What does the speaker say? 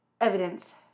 evidence